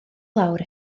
lawr